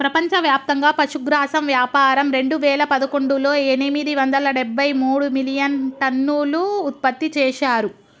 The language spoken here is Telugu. ప్రపంచవ్యాప్తంగా పశుగ్రాసం వ్యాపారం రెండువేల పదకొండులో ఎనిమిది వందల డెబ్బై మూడు మిలియన్టన్నులు ఉత్పత్తి చేశారు